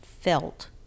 felt